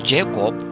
Jacob